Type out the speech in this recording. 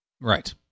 Right